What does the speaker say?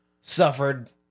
Suffered